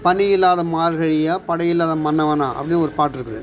பனியில்லாத மார்கழியா படையில்லாத மன்னவனா அப்படின்னு ஒரு பாட்டு இருக்குது